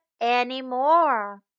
anymore